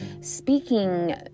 speaking